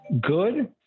good